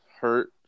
hurt